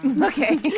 okay